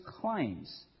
claims